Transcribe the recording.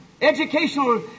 educational